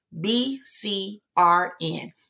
B-C-R-N